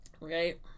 Right